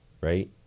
right